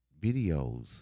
videos